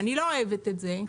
אני לא אוהבת את זה,